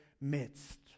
midst